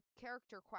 character